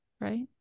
right